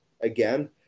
again